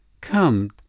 Come